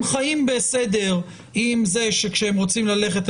הם חיים בסדר עם זה שכשהם רוצים ללכת,